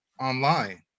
online